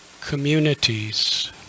communities